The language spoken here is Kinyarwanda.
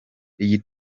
iyi